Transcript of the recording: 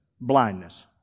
blindness